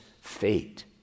fate